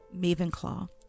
Mavenclaw